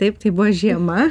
taip tai buvo žiema